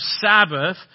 Sabbath